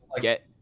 get